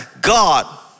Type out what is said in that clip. God